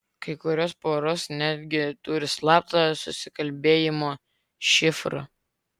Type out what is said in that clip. kai kurios poros netgi turi slaptą susikalbėjimo šifrą